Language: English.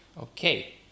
Okay